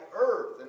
earth